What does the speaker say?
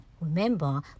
remember